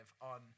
on